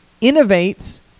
Innovates